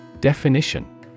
Definition